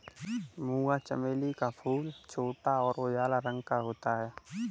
मूंगा चमेली का फूल छोटा और उजला रंग का होता है